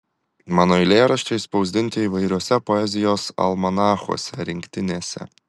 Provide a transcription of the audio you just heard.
mano eilėraščiai spausdinti įvairiuose poezijos almanachuose rinktinėse